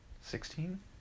Sixteen